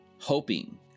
hoping